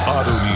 Auto